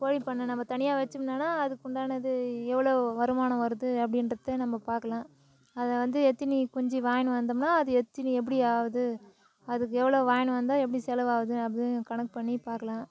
கோழிப்பண்ணை நம்ம தனியாக வச்சமுன்னான்னா அதுக்கு உண்டானது எவ்வளோ வருமானம் வருது அப்படின்றத நம்ம பார்க்கலாம் அதை வந்து எத்தினி குஞ்சி வாங்னு வந்தமுன்னா அது எத்தினி எப்படி ஆகுது அதுக்கு எவ்வளோ வாய்னு வந்தால் எப்படி செலவாகுது அப்படின்னு கணக்கு பண்ணி பார்க்கலாம்